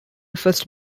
first